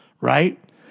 right